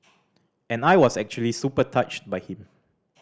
and I was actually super touched by him